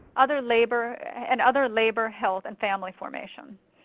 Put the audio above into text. other labor and other labor, health, and family formation.